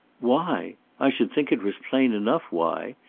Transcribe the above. why? i should think it was plain enough why!